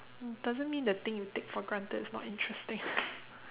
doesn't mean the thing you take for granted is not interesting